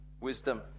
wisdom